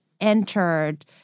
entered